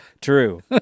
true